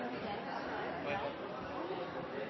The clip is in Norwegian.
tenker Senterpartiet og